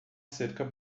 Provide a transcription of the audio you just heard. cerca